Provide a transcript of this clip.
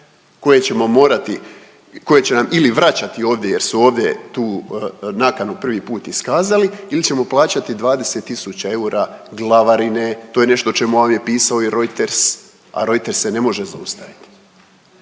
koje ćemo morati, koje će nam ili vraćati ovdje jer su ovdje tu nakanu privi put iskazali ili ćemo plaćati 20000 eura glavarine. To je nešto o čemu je ovdje pisao i Reuters, a Reuters se ne može zaustaviti.